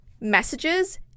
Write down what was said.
messages